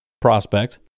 prospect